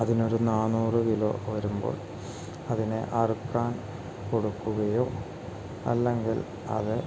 അതിന് ഒരു നാനൂറ് കിലോ വരുമ്പോൾ അതിനെ അറുക്കാൻ കൊടുക്കുകയോ അല്ലെങ്കിൽ അത്